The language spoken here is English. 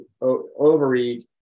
overeat